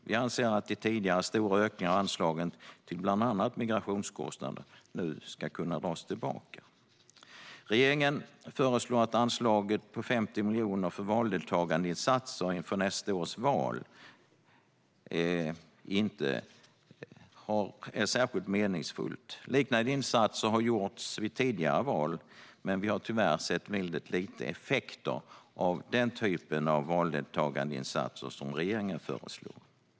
Vi anser att de tidigare stora ökningarna av anslagen till bland annat migrationskostnader nu kan dras tillbaka. Regeringen föreslår ett anslag på 50 miljoner för valdeltagandeinsatser inför nästa års val. Det anser vi inte är särskilt meningsfullt. Liknande insatser har gjorts vid tidigare val, men vi har tyvärr sett mycket lite effekter av den typen av valdeltagandeinsatser som regeringen föreslår.